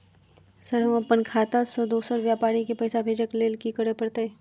Sir हम अप्पन खाता सऽ दोसर व्यापारी केँ पैसा भेजक लेल की करऽ पड़तै?